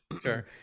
sure